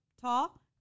tall